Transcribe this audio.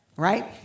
Right